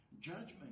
Judgment